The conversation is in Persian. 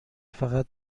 فقط